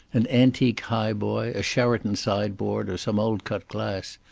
an antique highboy, a sheraton sideboard or some old cut glass,